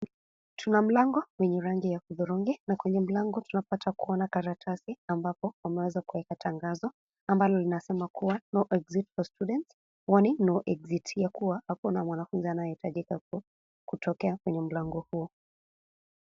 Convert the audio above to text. Tuna mlango wenye rangi ya hudhurungi na kwenye mlango tunapata kuona karatasi ambapo wameweza kueka tangazo ambalo linasema kuwa no exit for students warning: not exit ya kuwa hakuna mwanafunzi anayehitajika kutokea kwenye mlango huu.